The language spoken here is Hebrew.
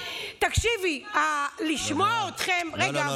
תקשיבי, לשמוע אתכם, לא בפופוליזם.